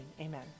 amen